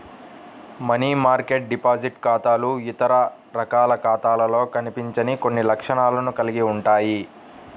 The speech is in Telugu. మనీ మార్కెట్ డిపాజిట్ ఖాతాలు ఇతర రకాల ఖాతాలలో కనిపించని కొన్ని లక్షణాలను కలిగి ఉంటాయి